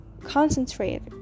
concentrate